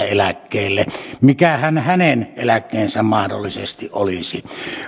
eläkkeelle mikähän hänen eläkkeensä mahdollisesti olisi